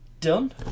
done